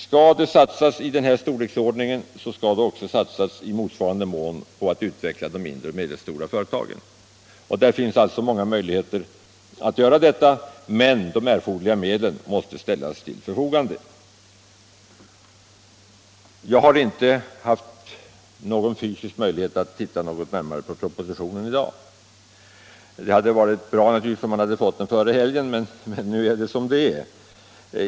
Skall det satsas pengar av denna storleksordning, så skall det också satsas i motsvarande mån på att utveckla de mindre och medelstora företagen. Det finns som sagt många möjligheter att göra detta, men de erforderliga medlen måste ställas till förfogande. Jag har inte haft någon praktisk möjlighet att i dag studera den senaste propositionen något närmare. Det hade naturligtvis varit bra om vi hade fått den före helgen, men nu är det som det är.